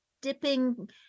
dipping